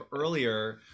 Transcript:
earlier